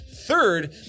Third